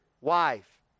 wife